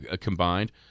combined